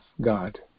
God